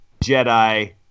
Jedi